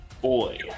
Boy